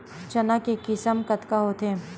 चना के किसम कतका होथे?